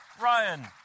Ryan